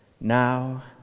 now